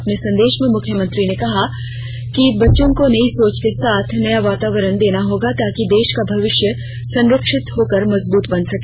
अपने संदेश में मुख्यमंत्री ने कहा कि बच्चों को नई सोच के साथ एक नया वातावरण देना होगा ताकि देश का भविष्य संरक्षित होकर मजबूत बन सके